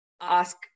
ask